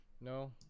No